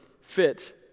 fit